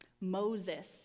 Moses